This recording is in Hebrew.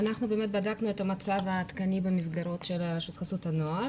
אנחנו באמת בדקנו את המצב העדכני במסגרות של רשות חסות הנוער